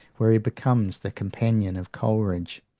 where he becomes the companion of coleridge,